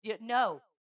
No